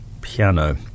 piano